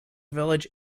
village